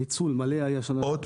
היה ניצול מלא של התקציב --- עוד